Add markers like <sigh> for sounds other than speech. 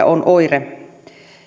<unintelligible> on oire